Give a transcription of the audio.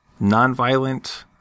nonviolent